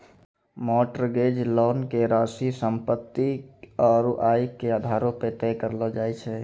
mortgage loan के राशि सम्पत्ति आरू आय के आधारो पे तय करलो जाय छै